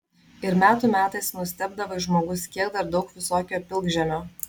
ir metų metais nustebdavai žmogus kiek dar daug visokio pilkžemio